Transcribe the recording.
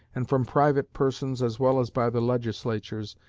and from private persons, as well as by the legislatures,